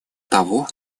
того